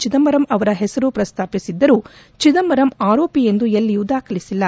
ಚಿದಂಬರಂ ಹೆಸರು ಪ್ರಸ್ತಾಪಿಸಿದ್ದರೂ ಚಿದಂಬರಂ ಆರೋಪಿ ಎಂದು ಎಲ್ಲಿಯೂ ದಾಖಲಿಸಿಲ್ಲ